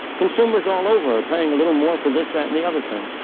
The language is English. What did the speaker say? consumers all over are paying a little more for this, that and the other thing.